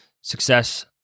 success